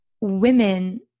women